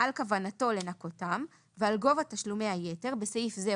על כוונתו לנכותם ועל גובה תשלומי היתר (בסעיף זה,